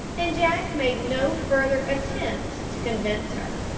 and jack made no further attempt to convince her.